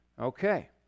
Okay